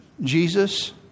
Jesus